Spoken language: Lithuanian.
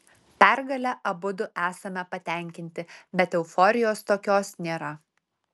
pergale abudu esame patenkinti bet euforijos tokios nėra